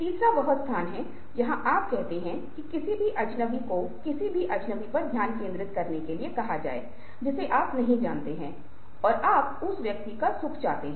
यह निश्चित रूप से एक सर्वेक्षण के रूप में करेंगे ताकि हमें एक सामान्य प्रतिक्रिया मिल सके आम तौर पर भारतीय उन मुद्राओं के बारे में कैसा महसूस करते हैं वे क्या संवाद करते हैं